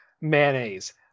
mayonnaise